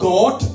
God